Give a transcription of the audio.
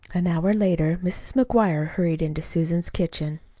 an hour later mrs. mcguire hurried into susan's kitchen.